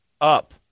up